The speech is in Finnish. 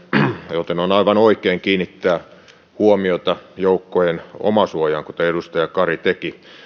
joten on aivan oikein kiinnittää huomiota joukkojen omasuojaan kuten edustaja kari teki